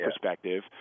perspective